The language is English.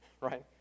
right